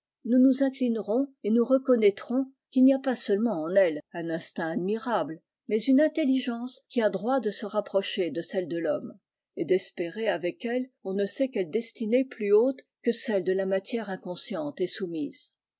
nous nous inclinerons et nous reconnaîtrons qu'il n'y a pas seulement en elles un instinct admirable mais une intelligence qui a droit de se rapprocher de celle de l'homme et d'espérer avec elle on ne sait quelle destinée plus haute que celle de la matière inconsciente et soumise